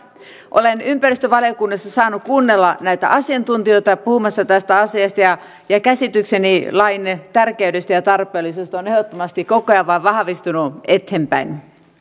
hyvä olen ympäristövaliokunnassa saanut kuunnella asiantuntijoita puhumassa tästä asiasta ja ja käsitykseni lain tärkeydestä ja ja tarpeellisuudesta on ehdottomasti koko ajan vain vahvistunut eteenpäin